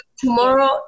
tomorrow